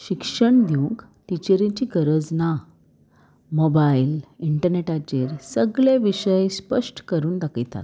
शिक्षण दिवंक टिचरींची गरज ना मोबायल इंटनेटाचेर सगळे विशय स्पश्ट करून दाखयतात